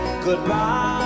Goodbye